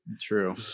True